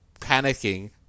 panicking